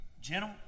gentle